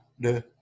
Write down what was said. DE